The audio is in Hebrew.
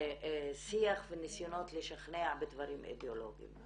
שיח וניסיונות לשכנע בדברים אידאולוגיים,